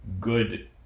good